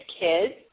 Kids